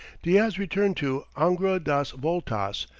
diaz returned to angra das voltas,